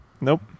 nope